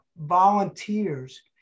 Volunteers